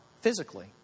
physically